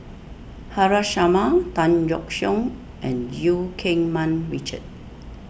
Haresh Sharma Tan Yeok Seong and Eu Keng Mun Richard